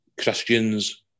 Christians